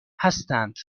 هستند